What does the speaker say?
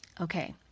Okay